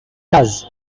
thus